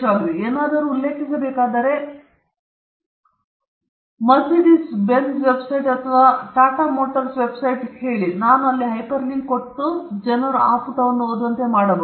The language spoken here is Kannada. ಆದರೆ ನಾನು ಏನಾದರೂ ಉಲ್ಲೇಖಿಸಬೇಕಾದರೆ ಮರ್ಸಿಡಿಸ್ ಬೆಂಝ್ನ ವೆಬ್ಸೈಟ್ ಅಥವಾ ಟಾಟಾ ಮೋಟಾರ್ಸ್ ವೆಬ್ಸೈಟ್ ಹೇಳಿ ನಾನು ಹೈಪರ್ಲಿಂಕ್ ಮಾಡಬಹುದು ಮತ್ತು ಜನರು ಆ ಪುಟದಿಂದ ಓದಬಹುದು